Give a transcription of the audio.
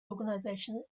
organisation